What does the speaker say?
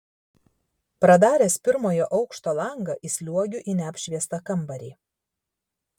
pradaręs pirmojo aukšto langą įsliuogiu į neapšviestą kambarį